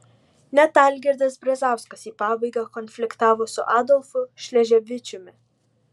net algirdas brazauskas į pabaigą konfliktavo su adolfu šleževičiumi